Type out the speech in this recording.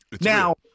Now